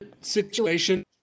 situation